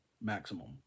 maximum